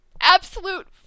Absolute